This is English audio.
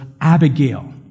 Abigail